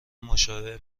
مشابه